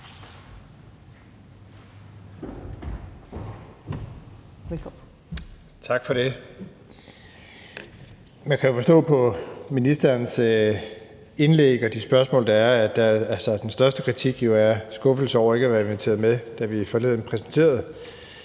Tak for det. Man kan forstå på ministerens indlæg og de spørgsmål, der er, at den største kritik bunder i en skuffelse over ikke at være inviteret med, da vi forleden præsenterede